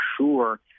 sure